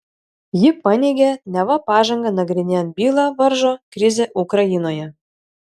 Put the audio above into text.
ji paneigė neva pažangą nagrinėjant bylą varžo krizė ukrainoje